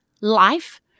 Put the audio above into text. life